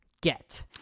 get